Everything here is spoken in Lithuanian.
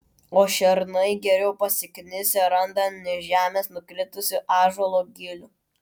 o šernai geriau pasiknisę randa ant žemės nukritusių ąžuolo gilių